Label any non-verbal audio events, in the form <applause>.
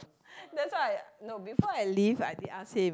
<breath> that's why I no before I leave I did ask him